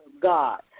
God